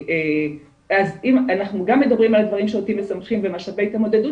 אז אנחנו גם מדברים על דברים שאותי משמחים ומשאבי ההתמודדות